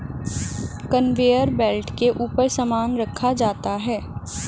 conveyor belt के ऊपर सामान रखा जाता है